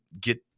get